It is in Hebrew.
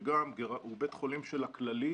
שהוא בית חולים של הכללית.